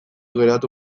geratu